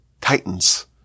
titans